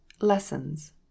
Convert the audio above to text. Lessons